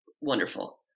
wonderful